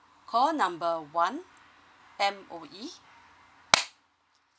call number one M_O_E